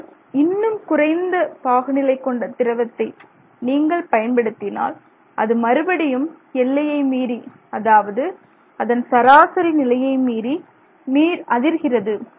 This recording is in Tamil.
ஆனால் இன்னும் குறைந்த பாகுநிலை கொண்ட திரவத்தை நீங்கள் பயன்படுத்தினால் அது மறுபடியும் எல்லையை மீறி அதாவது அதன் சராசரி நிலையை மீறி அதிர்கிறது